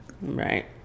Right